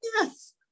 yes